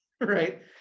right